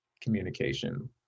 communication